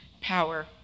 Power